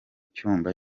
cyumba